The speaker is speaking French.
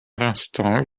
l’instant